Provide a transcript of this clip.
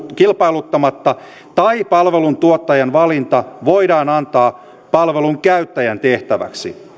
kilpailuttamatta tai palvelun tuottajan valinta voidaan antaa palvelun käyttäjän tehtäväksi